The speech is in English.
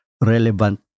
relevant